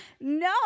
no